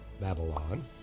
Babylon